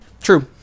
True